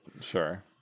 sure